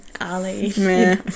Ali